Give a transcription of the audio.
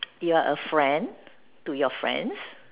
you're a friend to your friends